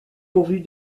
pourvue